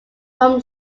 from